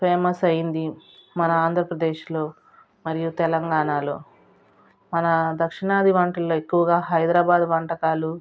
famous అయ్యింది మన ఆంధ్రప్రదేశ్లో మరియు తెలంగాణలో మన దక్షిణాది వంటలు ఎక్కువగా హైదరాబాద్ వంటకాలు